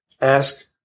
ask